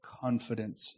confidence